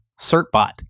certbot